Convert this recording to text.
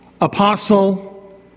apostle